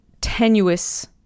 tenuous